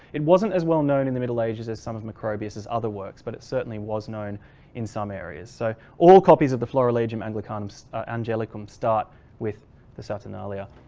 it wasn't as well-known in the middle ages as some of the macrobius as other works but it certainly was known in some areas. so all copies of the florilegium angelicum so angelicum start with the saturnalia.